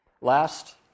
Last